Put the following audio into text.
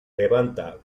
levanta